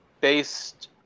based